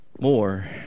more